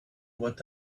what